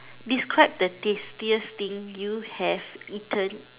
describe the tastiest thing you have eaten